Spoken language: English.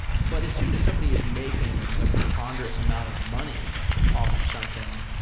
but is soon as somebody is making a preponderance amount of money off of something,